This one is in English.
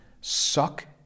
Suck